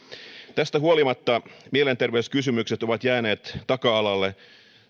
tästä huolimatta mielenterveyskysymykset ovat jääneet taka alalle